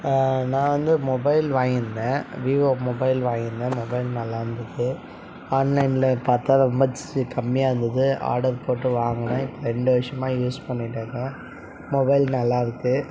நான் வந்து மொபைல் வாங்கியிருந்தேன் வீவோ மொபைல் வாங்கியிருந்தேன் மொபைல் நல்லா இருந்தது ஆன்லைனில் பார்த்தா ரொம்ப சீ கம்மியாக இருந்தது ஆர்டரு போட்டு வாங்கினேன் ரெண்டு வருஷமாக யூஸ் பண்ணிகிட்டு இருக்கேன் மொபைல் நல்லா இருக்குது